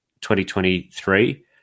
2023